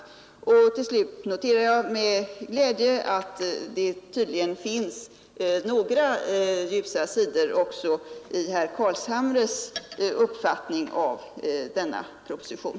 Till slut noterar jag med glädje att det tydligen finns några ljusa sidor också i herr Carlshamres uppfattning om denna proposition.